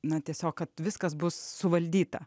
na tiesiog kad viskas bus suvaldyta